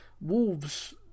Wolves